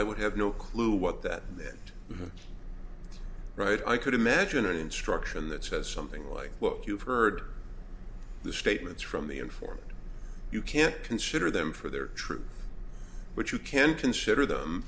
i would have no clue what that meant right i could imagine an instruction that says something like what you've heard the statements from the informant you can't consider them for their truth but you can consider them